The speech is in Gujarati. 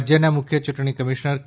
રાજ્યના મુખ્ય ચૂંટણી કમિશ્નર કે